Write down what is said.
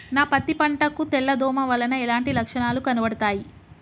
నా పత్తి పంట కు తెల్ల దోమ వలన ఎలాంటి లక్షణాలు కనబడుతాయి?